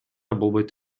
болбойт